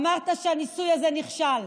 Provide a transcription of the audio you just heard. אמרת שהניסוי הזה נכשל.